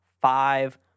five